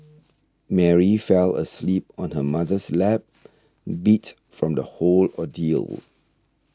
Mary fell asleep on her mother's lap beat from the whole ordeal